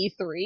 E3